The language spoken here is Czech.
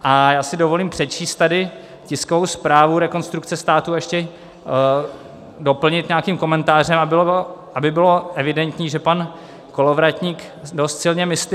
A já si dovolím přečíst tady tiskovou zprávu Rekonstrukce státu, ještě doplnit nějakým komentářem, aby bylo evidentní, že pan Kolovratník dost silně mystifikuje.